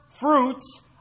fruits